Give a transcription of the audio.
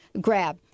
grab